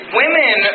women